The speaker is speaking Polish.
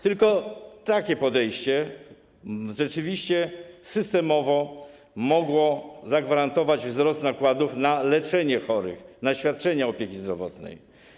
Tylko takie podejście rzeczywiście mogło systemowo zagwarantować wzrost nakładów na leczenie chorych, na świadczenia opieki zdrowotnej.